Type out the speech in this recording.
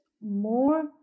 more